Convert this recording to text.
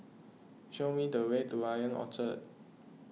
show me the way to I O N Orchard